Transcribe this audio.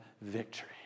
victory